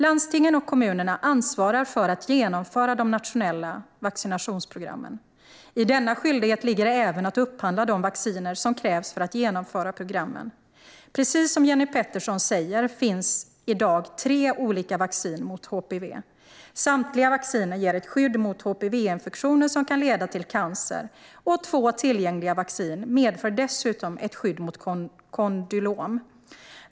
Landstingen och kommunerna ansvarar för att genomföra de nationella vaccinationsprogrammen. I denna skyldighet ligger även att upphandla de vacciner som krävs för att genomföra programmen. Precis som Jenny Petersson säger finns i dag tre olika vacciner mot HPV. Samtliga vacciner ger ett skydd mot HPV-infektioner som kan leda till cancer, och två tillgängliga vaccin medför dessutom ett skydd mot kondylom.